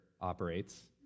operates